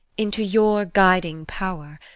into your guiding power.